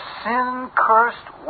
sin-cursed